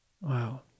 Wow